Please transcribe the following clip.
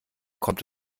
kommt